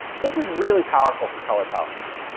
this is really powerful for color palettes,